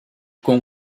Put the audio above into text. con